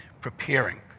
preparing